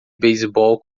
beisebol